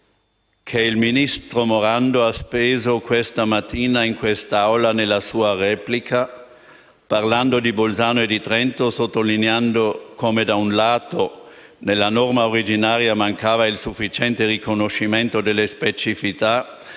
che il vice ministro Morando ha speso questa mattina in quest'Aula nella sua replica, parlando di Bolzano e di Trento, sottolineando, da un lato, come nella norma originaria mancasse il sufficiente riconoscimento delle specificità